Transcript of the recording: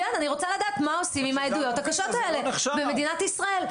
אני רוצה לדעת מה עושים עם העדויות הקשות האלה במדינת ישראל.